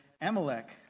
Amalek